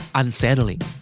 unsettling